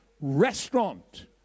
restaurant